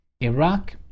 Iraq